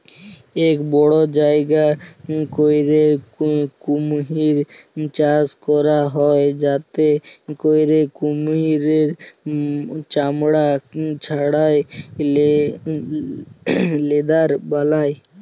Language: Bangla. ইক বড় জায়গা ক্যইরে কুমহির চাষ ক্যরা হ্যয় যাতে ক্যইরে কুমহিরের চামড়া ছাড়াঁয় লেদার বালায়